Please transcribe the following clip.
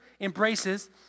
embraces